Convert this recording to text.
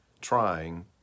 trying